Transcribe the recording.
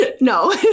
No